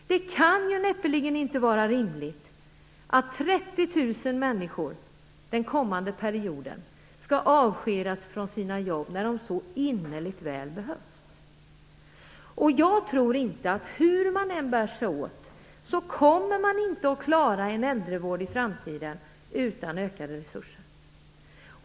Det kan näppeligen vara rimligt att 30 000 människor under den kommande perioden skall avskedas från sina jobb när de så innerligt väl behövs. Hur man än bär sig åt tror jag inte att man kommer att klara en äldrevård i framtiden utan ökade resurser.